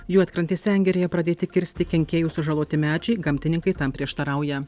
juodkrantės sengirėje pradėti kirsti kenkėjų sužaloti medžiai gamtininkai tam prieštarauja